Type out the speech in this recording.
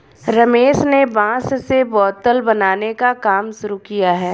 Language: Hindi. रमेश ने बांस से बोतल बनाने का काम शुरू किया है